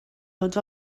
tots